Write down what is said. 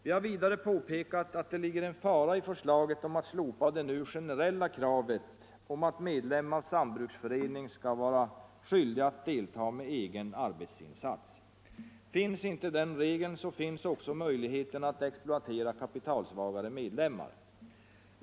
Vi har vidare påpekat att det ligger en fara i förslaget om att slopa det nu generella kravet på att medlem av sambruksförening skall vara skyldig att delta med egen arbetsinsats. Finns inte den regeln så finns också möjligheten att exploatera kapitalsvagare medlemmar.